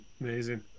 Amazing